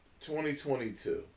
2022